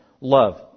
Love